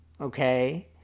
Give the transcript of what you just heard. okay